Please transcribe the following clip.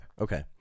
Okay